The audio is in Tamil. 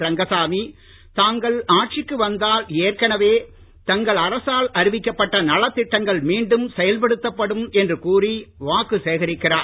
ரங்கசாமி தாங்கள் ஆட்சிக்கு வந்தால் ஏற்கனவே தங்கள் அரசால் அறிவிக்கப்பட்ட நலத் திட்டங்கள் மீண்டும் செயல்படுத்தப்படும் என்று கூறி வாக்கு சேகரிக்கிறார்